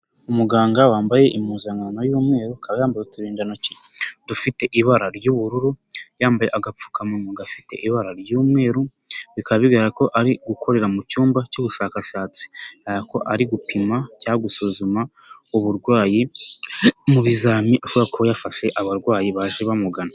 Umuganga wambaye impuzankano y'umweru, akaba yambaye uturindantoki, dufite ibara ry'ubururu, yambaye agapfukamunwa gafite ibara ry'umweru, bikaba bigaragara ko ari gukorera mu cyumba cy'ubushakashatsi, yaba ko ari gupima cyangwa gusuzuma uburwayi, mu bizami ashobora kuba yafashe abarwayi baje bamugana.